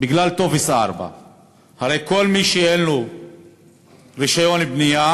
בגלל טופס 4. הרי כל מי שאין לו רישיון בנייה